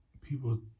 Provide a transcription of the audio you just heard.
people